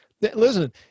listen